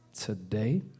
today